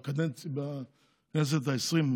בכנסת העשרים.